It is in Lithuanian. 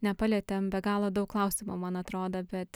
nepalietėm be galo daug klausimų man atrodo bet